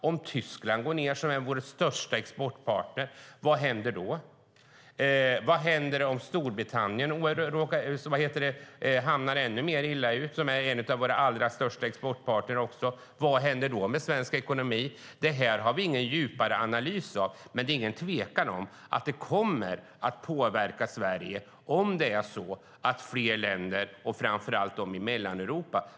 Vad händer om det går ned i Tyskland, vår största exportpartner? Och vad händer om Storbritannien hamnar ännu mer illa till? Storbritannien är också en av våra allra största exportpartner. Vad händer då med svensk ekonomi? Här har vi ingen djupare analys. Det råder ingen tvekan om att det kommer att påverka Sverige om fler länder drabbas, framför allt i Mellaneuropa.